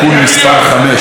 התשע"ח 2018,